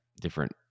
different